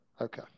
Okay